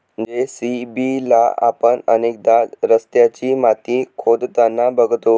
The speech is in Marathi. जे.सी.बी ला आपण अनेकदा रस्त्याची माती खोदताना बघतो